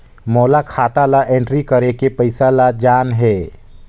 मोला खाता ला एंट्री करेके पइसा ला जान हे?